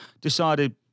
decided